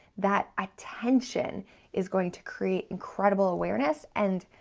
that attention is going to create incredible awareness and,